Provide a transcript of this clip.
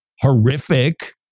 horrific